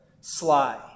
sly